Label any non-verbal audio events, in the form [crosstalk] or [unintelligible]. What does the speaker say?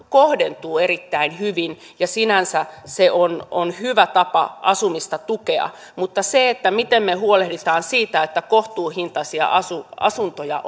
[unintelligible] kohdentuu erittäin hyvin ja sinänsä se on on hyvä tapa asumista tukea mutta kysymys on siitä miten me huolehdimme siitä että kohtuuhintaisia asuntoja asuntoja [unintelligible]